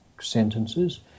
sentences